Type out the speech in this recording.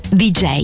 dj